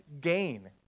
gain